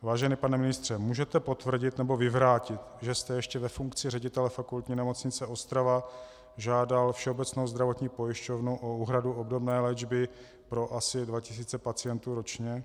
Vážený pane ministře, můžete potvrdit nebo vyvrátit, že jste ještě ve funkci ředitele Fakultní nemocnice Ostrava žádal Všeobecnou zdravotní pojišťovnu o úhradu obdobné léčby asi pro dva tisíce pacientů ročně?